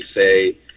say